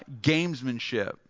gamesmanship